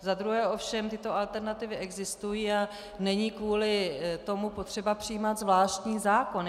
Za druhé, tyto alternativy existují a není kvůli tomu potřeba přijímat zvláštní zákon.